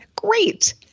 great